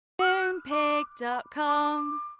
Moonpig.com